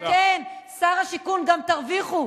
וכן, שר השיכון, גם תרוויחו.